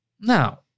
Now